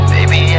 Baby